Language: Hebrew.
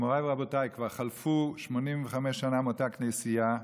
מוריי ורבותיי, כבר חלפו 85 שנה מאותה כנסייה.